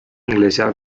inglesa